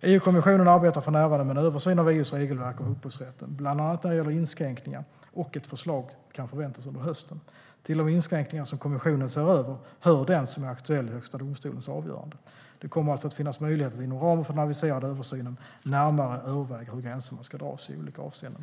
EU-kommissionen arbetar för närvarande med en översyn av EU:s regelverk om upphovsrätten, bland annat när det gäller inskränkningar, och ett förslag kan förväntas under hösten. Till de inskränkningar som kommissionen ser över hör den som är aktuell i Högsta domstolens avgörande. Det kommer alltså att finnas möjlighet att inom ramen för den aviserade översynen närmare överväga hur gränserna ska dras i olika avseenden.